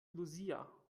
lucia